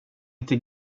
inte